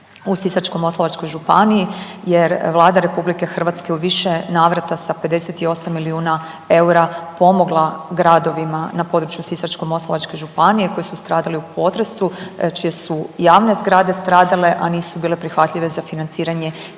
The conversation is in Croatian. u Sisačko-moslavačkoj županiji jer Vlada RH u više navrata sa 58 milijuna eura pomogla gradovima na području Sisačko-moslavačke županije koje su stradali u potresu, čije su javne zgrade stradale, a nisu bile prihvatljive za financiranje